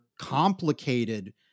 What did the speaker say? complicated